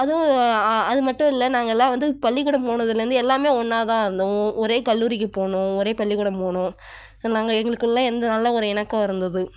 அதுவும் அதுமட்டும் இல்லை நாங்கள் எல்லாம் வந்து பள்ளிக்கூடம் போனதிலேர்ந்து எல்லாமே ஒன்றாதான் இருந்தோம் ஒரே கல்லூரிக்கு போனோம் ஒரே பள்ளிக்கூடம் போனோம் நாங்கள் எங்களுக்குள்ளே எந்த நல்ல ஒரு இணக்கம் இருந்தது